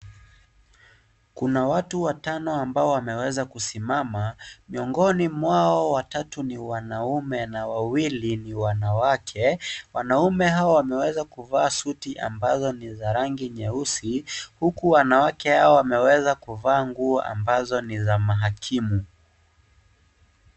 Kuna watu watano ambao wameweza kusimama miongoni mwao watatu ni wanaume na wawiwili ni wanawake. Wanaume hao wameweza kuvaa suti ambayo ni za rangi nyeusi huku wanawake hawa wameweza kuvaa nguo ambazo ni za mahakimu.